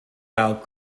mile